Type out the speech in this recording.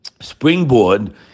springboard